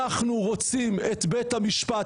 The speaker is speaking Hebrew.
אנחנו רוצים את בית המשפט,